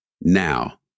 now